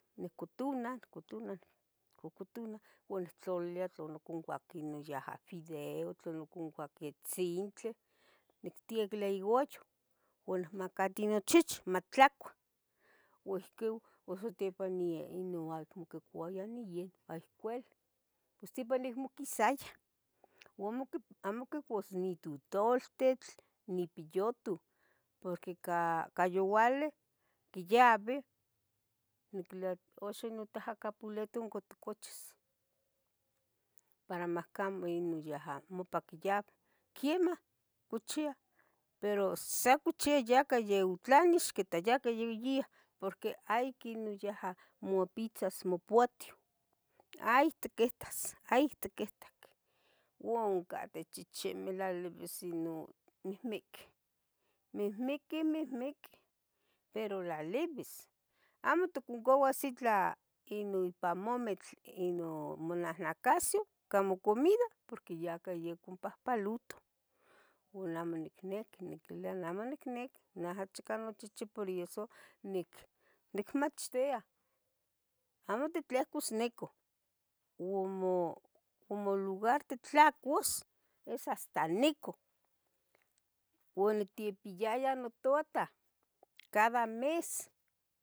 Nic- Niccotona, cocotona cocotona, uan nictlalilia tla onoconcuahqui video tlana onoconcuahqui itzintli nictelaiuayoh uan imacati nochichi matlacua ua ihqui ua satepa inonualmocuipa uan yaniu ihcuel ocsipa nimoquisaya amo amo quicuas tututltitl ni piyuto porque ca youale quiyabi niquilbia axan teh capuleto otcan itcochis para macamo mocaba nepa ompa quiyaba, quemah cochia pero sacuchia yecotlanes ixquita yaque. yeiyia porque hay quino yaha mopitzas mopatio, hay tiquitas, hay tiquitac oua cateh chcichimeh tlilibis non mihmiquih mihmiqui, mihmiquih, pero tlalibis, amo itconcauas itla ipan momitl, inon monahnacasyoh ica mocomida porque ya con pahpalotoh uan amo nicniqui, niquiluia nah amo nicniqui noachca inchichci puro yeso nicmachtia, amo titlehcos nica u mo u molugar titlehcos titlehcos es hasta nicu. Oniquipiaya nototah cada mes